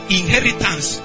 inheritance